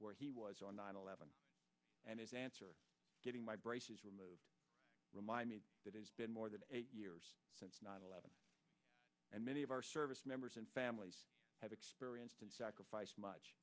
where he was on nine eleven and his answer getting my braces remind me that he's been more than eight years since nine eleven and many of our service members and families have experienced and sacrificed much